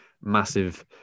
massive